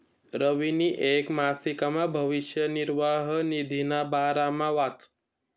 रवीनी येक मासिकमा भविष्य निर्वाह निधीना बारामा वाचं